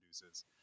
produces